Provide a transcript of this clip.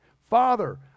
Father